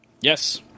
Yes